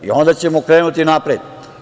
I onda ćemo krenuti napred.